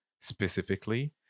specifically